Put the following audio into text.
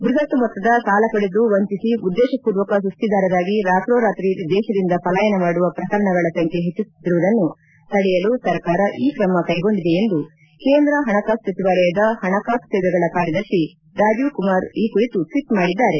ಬ್ಬಹತ್ ಮೊತ್ತದ ಸಾಲ ಪಡೆದು ವಂಚಿಸಿ ಉದ್ದೇಶಪೂರ್ವಕ ಸುಸ್ತಿದಾರರಾಗಿ ರಾತ್ರೋರಾತ್ರಿ ದೇಶದಿಂದ ಪಲಾಯನ ಮಾಡುವ ಪ್ರಕರಣಗಳ ಸಂಖ್ಯೆ ಹೆಚ್ಚುತ್ತಿರುವುದನ್ನು ತಡೆಯಲು ಸರ್ಕಾರ ಈ ಕ್ರಮ ಕೈಗೊಂಡಿದೆ ಎಂದು ಕೇಂದ್ರ ಹಣಕಾಸು ಸಚಿವಾಲಯದ ಹಣಕಾಸು ಸೇವೆಗಳ ಕಾರ್ಯದರ್ಶಿ ರಾಜೀವ್ ಕುಮಾರ್ ಈ ಕುರಿತು ಟ್ವೀಟ್ ಮಾಡಿದ್ದಾರೆ